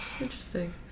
Interesting